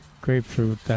grapefruit